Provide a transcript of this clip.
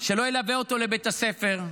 שלא ילווה אותו לבית הספר,